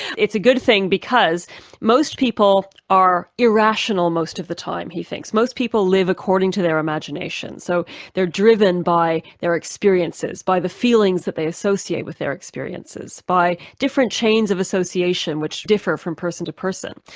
it's a good thing because most people are irrational most of the time, he thinks. most people live according to their imagination. so they're driven by their experiences, by the feelings that they associate with their experiences, by different chains of association which differ from person to person.